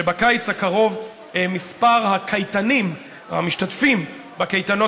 שבקיץ הקרוב מספר הקייטנים המשתתפים בקייטנות